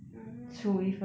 mm